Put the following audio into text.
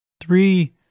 Three